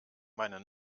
meine